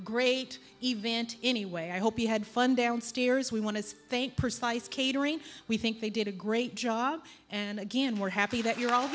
great event anyway i hope you had fun downstairs we want to thank personalized catering we think they did a great job and again we're happy that you're all